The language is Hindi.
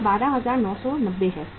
यह 12990 है